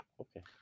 Okay